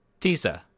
Tisa